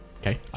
Okay